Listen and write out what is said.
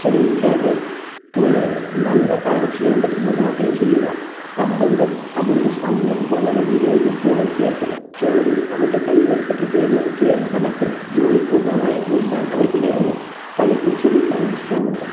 ചിലവഴിക്കാതെ ഒരു നല്ല കാര്യങ്ങൾ ചെയ്യാൻ പറ്റുന്നത് മാത്രം ചെയ്യുക സംഭവങ്ങൾ അവരുടെ സമയം വളരെ വിവേകത്തോടു ഉപയോഗിക്കുന്നു ജോലി അവരുടെ കഴിവുകൾക്ക് പ്രത്യേക ഉപയോഗം കണ്ടെത്തുന്നു ജോലി പൂർണ്ണമായും മുഴുകാൻ അവർക്ക് കഴിയുന്നു പലർക്കും കാണാൻ ചെയ്യാനുണ്ട്